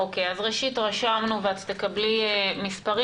ראשית, רשמנו ואת תקבלי מספרים.